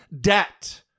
debt